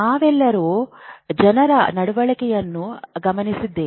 ನಾವೆಲ್ಲರೂ ಜನರ ನಡವಳಿಕೆಯನ್ನು ಗಮನಿಸಿದ್ದೇವೆ